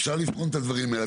אפשר לבחון את הדברים האלה.